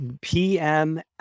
PM